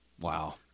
Wow